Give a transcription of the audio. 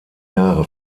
jahre